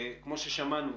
כמו ששמענו,